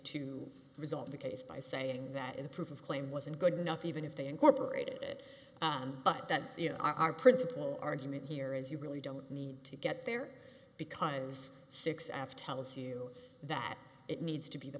to resolve the case by saying that a proof of claim wasn't good enough even if they incorporated it but that you know our principle argument here is you really don't need to get there because six after tells you that it needs to be the